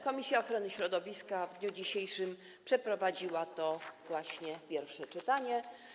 Komisja Ochrony Środowiska w dniu dzisiejszym przeprowadziła pierwsze czytanie.